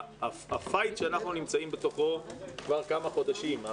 המלחמה בתוכה אנחנו נמצאים כבר כמה חודשים,